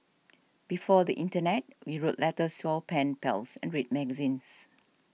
before the Internet we wrote letters to our pen pals and read magazines